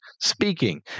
speaking